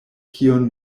kion